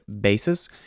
basis